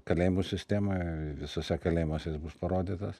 kalėjimų sistemoj visuose kalėjimuose jis bus parodytas